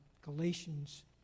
Galatians